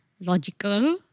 logical